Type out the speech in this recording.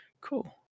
cool